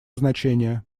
значения